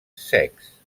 secs